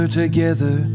together